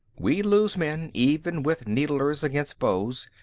we'd lose men, even with needlers against bows,